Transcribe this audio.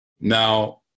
Now